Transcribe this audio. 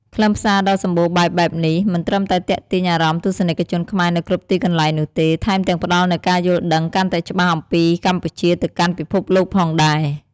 ខ្លឹមសារដ៏សម្បូរបែបបែបនេះ មិនត្រឹមតែទាក់ទាញអារម្មណ៍ទស្សនិកជនខ្មែរនៅគ្រប់ទីកន្លែងនោះទេ ថែមទាំងផ្តល់នូវការយល់ដឹងកាន់តែច្បាស់អំពីកម្ពុជាទៅកាន់ពិភពលោកផងដែរ។